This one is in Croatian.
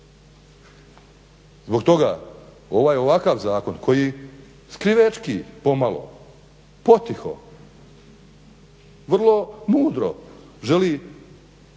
Zbog toga ovaj ovakav zakon koji skrivećki pomalo, potiho, vrlo mudro želi